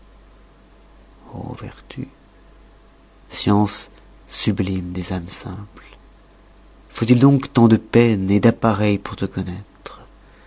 vertu science sublime des ames simples faut-il donc tant de peines et d'appareil pour te connoître